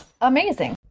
amazing